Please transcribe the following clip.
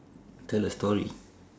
tell a story